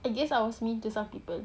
I guess I was mean to some people